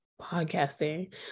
podcasting